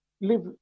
live